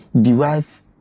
derive